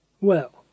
Well